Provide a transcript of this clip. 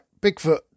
Bigfoot